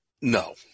No